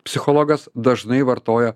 psichologas dažnai vartoja